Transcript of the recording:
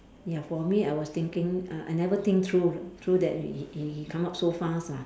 ya for me I was thinking uh I never think through through that he he come up so fast ah